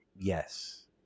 Yes